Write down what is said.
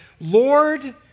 Lord